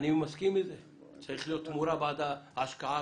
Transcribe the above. אני מסכים שצריכה להיות תמורה בעד ההשקעה,